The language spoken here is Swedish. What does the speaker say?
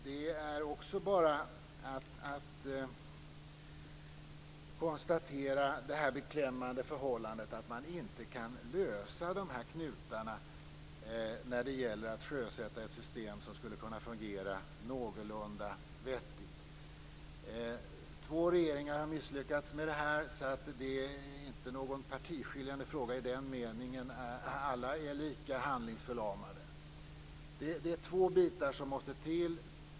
Här är det också bara att konstatera det beklämmande förhållandet att man inte kan lösa knutarna när det gäller att sjösätta ett system som skulle kunna fungera någorlunda vettigt. Två regeringar har misslyckats med det här, så det är inte någon partiskiljande fråga i den meningen. Alla är lika handlingsförlamade. Det är två bitar som måste till.